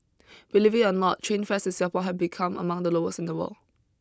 believe it or not train fares in Singapore have become among the lowest in the world